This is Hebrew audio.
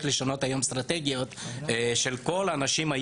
לשנות היום את האסטרטגיות של כל האנשים.